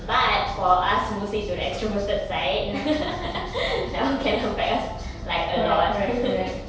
bad for us mostly to the extroverted side that [one] can affect us like a lot